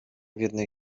jednej